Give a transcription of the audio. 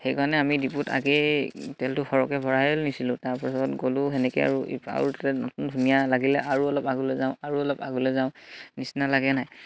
সেইকাৰণে আমি ডিপুত আগেই তেলটো সৰহকে ভৰাই নিছিলোঁ তাৰপাছত গ'লোঁ সেনেকে আৰু তেল নতুন ধুনীয়া লাগিলে আৰু অলপ আগলে যাওঁ আৰু অলপ আগলে যাওঁ নিচিনা লাগে নাই